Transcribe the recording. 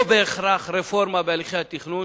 לא בהכרח רפורמה בהליכי התכנון